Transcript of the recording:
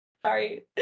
Sorry